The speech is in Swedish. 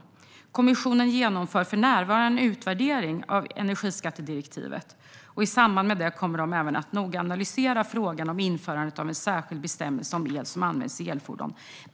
Han skriver att kommissionen för närvarande genomför en utvärdering av energiskattedirektivet och att man i samband med det även kommer att noga analysera frågan om införande av en särskild bestämmelse om el som används i elfordon.